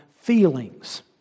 feelings